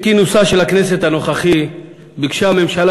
עם כינוסה של הכנסת הנוכחית ביקשה הממשלה